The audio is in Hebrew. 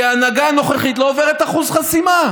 כי ההנהגה הנוכחית לא עוברת את אחוז החסימה.